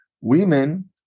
women